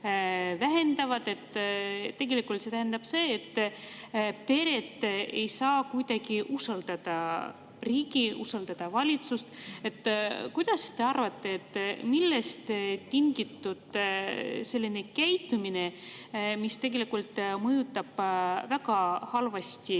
Tegelikult tähendab see, et pered ei saa kuidagi usaldada riiki, usaldada valitsust. Kuidas te arvate, millest on tingitud selline käitumine, mis tegelikult mõjutab väga halvasti